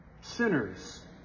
sinners